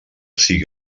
sigui